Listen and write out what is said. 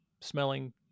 smelling